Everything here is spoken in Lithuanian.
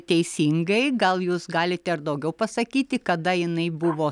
teisingai gal jūs galite daugiau pasakyti kada jinai buvo